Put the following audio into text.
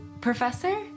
Professor